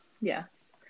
yes